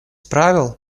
правил